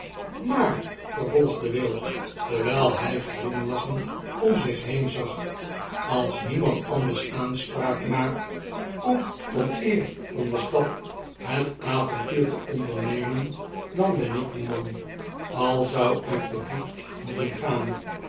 maar vervolgde will terwjjl hij glimlachend om zich been zag als niemand anders aanspraak maakt om tot eer van de stad het avontuur te ondernemen dan ben ik uw man al zou ik te voet molten gaan